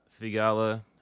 Figala